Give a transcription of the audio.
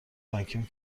بانکیم